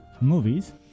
movies